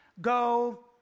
go